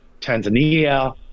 Tanzania